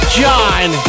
john